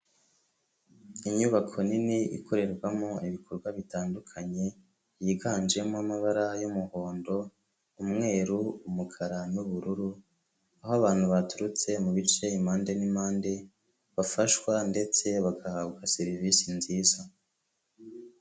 Inyubako nini ikorerwamo ibikorwa bitandukanye, yiganjemo amabara y'umuhondo, umweru umukara n'ubururu, aho abantu baturutse mu bice impande n'impande, bafashwa ndetse bagahabwa serivisi nziza.